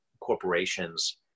corporations